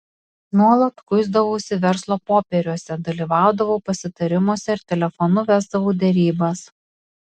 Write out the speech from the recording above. nuolat kuisdavausi verslo popieriuose dalyvaudavau pasitarimuose ir telefonu vesdavau derybas